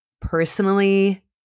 personally